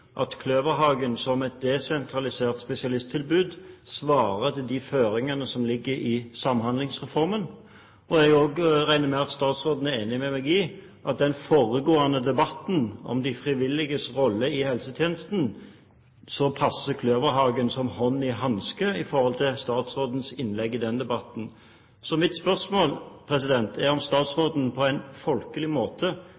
at Kløverhagen som et desentralisert spesialisttilbud svarer til de føringene som ligger i Samhandlingsreformen. Jeg regner også med at statsråden er enig med meg i at Kløverhagen passer inn som hånd i hanske med tanke på statsrådens innlegg i den foregående debatten om de frivilliges rolle i helsetjenesten.